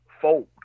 fold